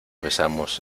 besamos